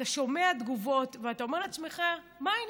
אתה שומע תגובות ואתה אומר לעצמך: מה העניינים?